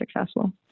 successful